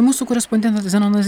mūsų korespondentas zenonas